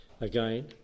again